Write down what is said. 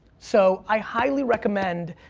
so i highly recommend